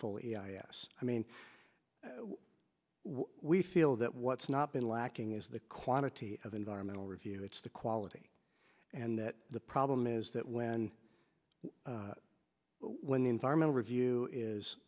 yes i mean we feel that what's not been lacking is the quantity of environmental review it's the quality and that the problem is that when when the environmental review is